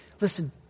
Listen